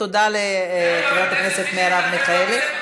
תודה לחברת הכנסת מרב מיכאלי.